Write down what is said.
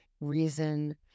reason